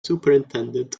superintendent